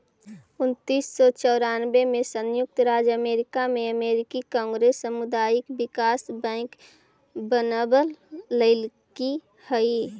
उन्नीस सौ चौरानबे में संयुक्त राज्य अमेरिका में अमेरिकी कांग्रेस सामुदायिक विकास बैंक बनवलकइ हई